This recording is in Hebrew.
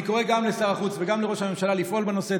אני קורא גם לשר החוץ וגם לראש הממשלה לפעול בנושא.